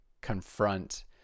confront